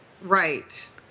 Right